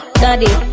daddy